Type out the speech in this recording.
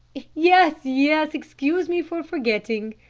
yes, yes excuse me for forgetting,